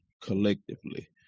collectively